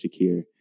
Shakir